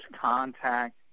contact